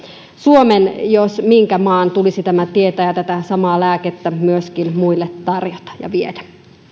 suomen jos minkä maan tulisi tämä tietää ja tätä samaa lääkettä myöskin muille tarjota ja viedä